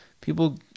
people